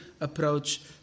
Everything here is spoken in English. approach